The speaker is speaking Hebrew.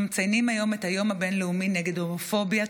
אנחנו מציינים היום את היום הבין-לאומי נגד הומופוביה,